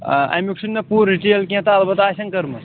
آمیُک چھُنہٕ مےٚ پوٗرِٕ ڈِٹیل کینٛہہ تہٕ اَلبتہ آس۪ن کٔرمٕژ